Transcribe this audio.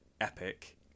epic